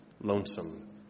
lonesome